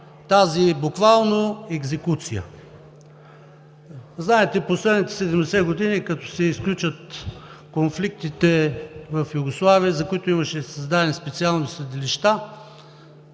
тази, буквално, екзекуция“. Знаете, в последните 70 години, като се изключат конфликтите в Югославия, за които имаше създадени специални съдилища,